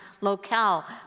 locale